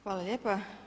Hvala lijepa.